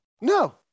No